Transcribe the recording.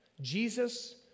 Jesus